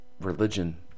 religion